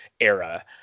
era